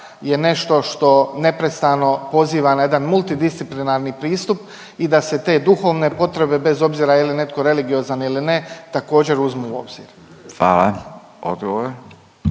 je nešto što neprestano poziva na jedan multidisciplinarni pristup i da se te duhovne potrebe bez obzira je li netko religiozan ili ne također uzmu u obzir. **Radin,